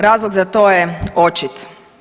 Razlog za to je očit.